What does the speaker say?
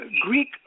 Greek